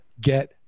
get